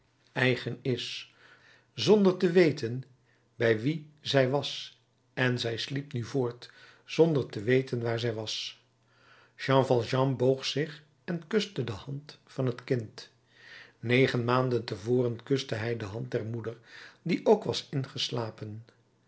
eigen is zonder te weten bij wien zij was en zij sliep nu voort zonder te weten waar zij was jean valjean boog zich en kuste de hand van het kind negen maanden te voren kuste hij de hand der moeder die ook was ingeslapen